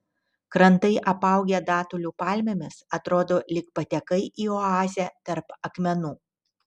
krantai apaugę datulių palmėmis atrodo lyg patekai į oazę tarp akmenų